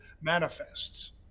manifests